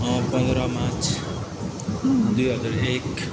पन्ध्र मार्च दुई हजार एक